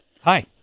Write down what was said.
Hi